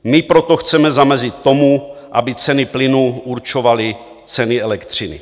My proto chceme zamezit tomu, aby ceny plynu určovaly ceny elektřiny.